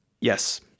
yes